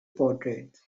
portraits